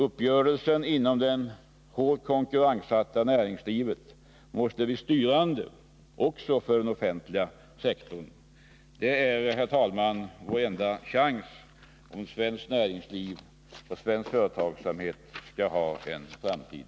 Uppgörelsen inom det hårt konkurrensutsatta näringslivet måste bli styrande också för den offentliga sektorn. Det är, herr talman, vår enda chans, om svenskt näringsliv och svensk företagsamhet skall ha en framtid.